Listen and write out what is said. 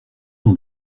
ton